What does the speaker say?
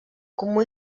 comú